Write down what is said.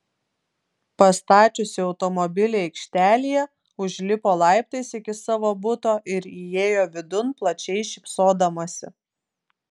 pastačiusi automobilį aikštelėje užlipo laiptais iki savo buto ir įėjo vidun plačiai šypsodamasi